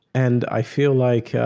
and i feel like